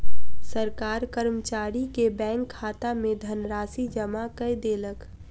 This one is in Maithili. सरकार कर्मचारी के बैंक खाता में धनराशि जमा कय देलक